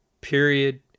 Period